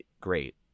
great